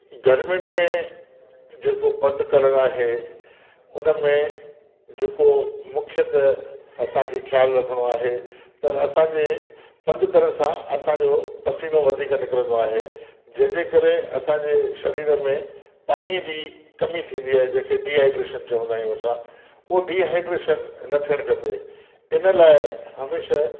गर्मियुनि में जेको बंदि करण आहे उन में जेको मुख्यत असांखे ख़्याल रखिणो आहे त असांजे पंधु करण सां असांजो पसीनो वधीक निकिरंदो आहे जंहिंजे करे असांजे शरीर में पाणीअ जी कमी थींदी आहे जंहिंखें डिहाइड्रेशन चवंदा आहियूं असां हू डिहाइड्रेशन न थियणु खपे इन लाइ हमेशा